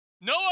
No